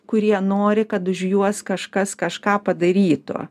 kurie nori kad už juos kažkas kažką padarytų